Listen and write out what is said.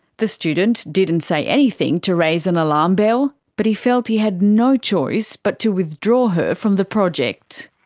the student didn't say anything to raise an alarm bell, but he felt he had no choice but to withdraw her from the project.